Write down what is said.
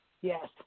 yes